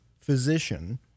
physician